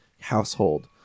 household